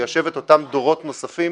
ליישב את אותם דורות נוספים